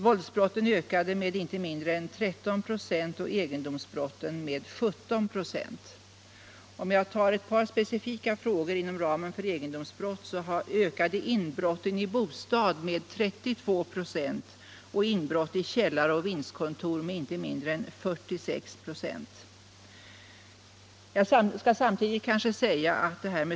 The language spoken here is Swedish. Våldsbrotten ökade med inte mindre än 13 96 och egendomsbrotten med 17 96. Om jag tar upp ett par specifika frågor inom ramen för egendomsbrott så visar statistiken att inbrotten i bostad ökade med 32 96 och inbrott i källare och vindskontor med inte mindre än 46 96.